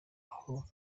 aho